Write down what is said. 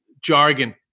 jargon